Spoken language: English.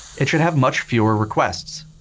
it should have much fewer requests.